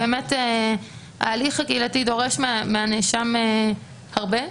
ההליך הקהילתי דורש מהנאשם הרבה.